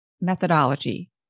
methodology